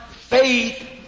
faith